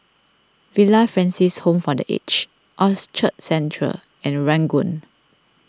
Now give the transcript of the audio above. Villa Francis Home for the Aged Orchard Central and Ranggung